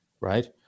right